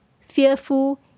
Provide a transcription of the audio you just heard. fearful